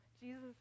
Jesus